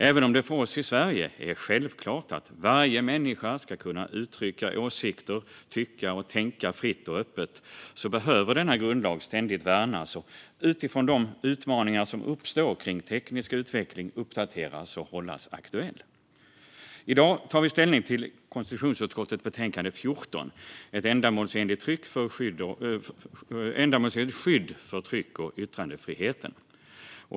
Även om det för oss i Sverige är självklart att varje människa ska kunna uttrycka åsikter samt tycka och tänka fritt och öppet behöver denna grundlag ständigt värnas och, utifrån de utmaningar som uppstår kring teknisk utveckling, uppdateras och hållas aktuell. I dag tar vi ställning till konstitutionsutskottets betänkande 14 Ett ändamålsenligt skydd för tryck och yttrandefriheten .